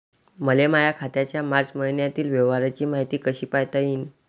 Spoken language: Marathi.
मले माया खात्याच्या मार्च मईन्यातील व्यवहाराची मायती कशी पायता येईन?